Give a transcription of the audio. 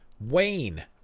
Wayne